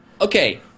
Okay